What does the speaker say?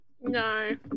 No